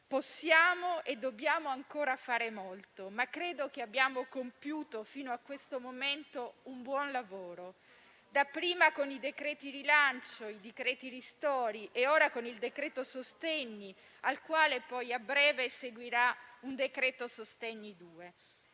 Possiamo e dobbiamo ancora fare molto, ma credo che fino a questo momento abbiamo compiuto un buon lavoro, prima con i decreti rilancio e ristori e ora con il decreto sostegni, al quale a breve seguirà un decreto sostegni